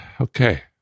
Okay